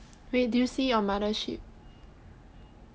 wait did you see on Mothership